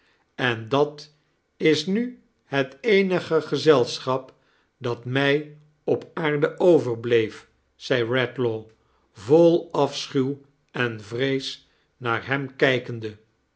en dat is nu het eenige gezelschap dat mij op aarde overbleef zei redlaw vol afschuw en vrees naar hem